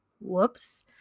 Whoops